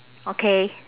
okay